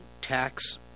tax